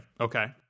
Okay